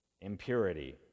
Impurity